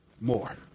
More